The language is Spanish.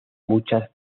muchas